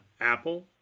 Apple